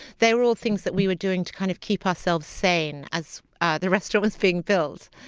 they're all things that we were doing to kind of keep ourselves sane as the restaurant was being built.